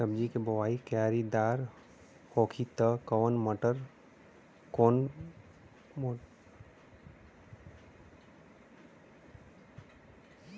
सब्जी के बोवाई क्यारी दार होखि त कवन मोटर सिंचाई खातिर इस्तेमाल होई?